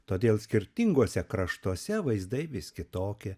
todėl skirtinguose kraštuose vaizdai vis kitoki